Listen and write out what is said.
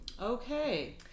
okay